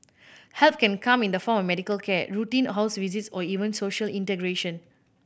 help can come in the form of medical care routine house visits or even social integration